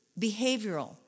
behavioral